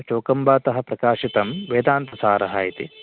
चौकम्बातः प्रकाशितं वेदान्तसारः इति